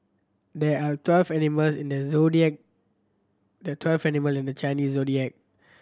there are twelve animals in the zodiac there are twelve animal in the Chinese Zodiac